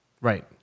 Right